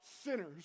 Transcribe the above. sinners